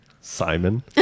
Simon